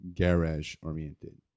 garage-oriented